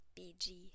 BG